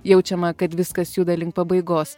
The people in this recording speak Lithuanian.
jaučiama kad viskas juda link pabaigos